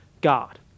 God